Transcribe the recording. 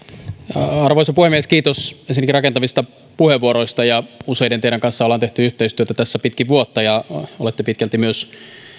arvoisa puhemies kiitos ensinnäkin rakentavista puheenvuoroista teistä useiden kanssa ollaan tehty yhteistyötä tässä pitkin vuotta ja olette pitkälti myös